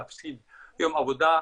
להפסיד יום עבודה,